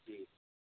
جی